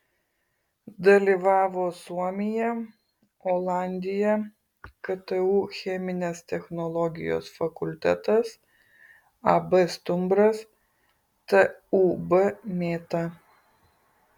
dalyvavo suomija olandija ktu cheminės technologijos fakultetas ab stumbras tūb mėta